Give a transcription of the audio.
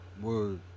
Word